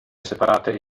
separate